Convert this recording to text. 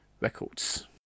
Records